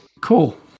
Cool